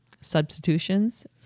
substitutions